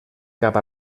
cap